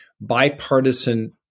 bipartisan